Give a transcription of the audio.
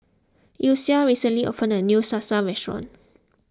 Elsie recently opened a new Salsa restaurant